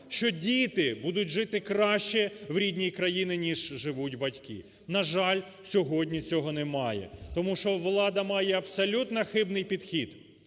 що діти будуть жити краще в рідній країні, ніж живуть батьки. На жаль, сьогодні цього немає. Тому що влада має абсолютно хибний підхід